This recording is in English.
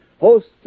Hosts